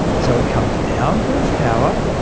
so it comes down from its tower,